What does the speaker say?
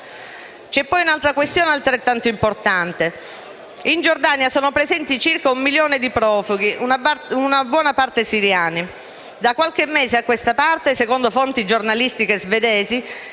C'è poi un'altra questione altrettanto importante: in Giordania sono presenti circa un milione di profughi, in buona parte siriani. Da qualche mese a questa parte, secondo fonti giornalistiche svedesi,